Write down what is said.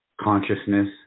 consciousness